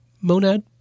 monad